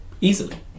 Easily